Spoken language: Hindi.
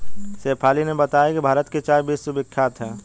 शेफाली ने बताया कि भारत की चाय विश्वविख्यात है